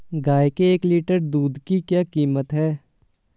गाय के एक लीटर दूध की क्या कीमत है?